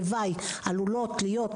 לוואי עלולות להיות לו זה אולי יוכל להקל.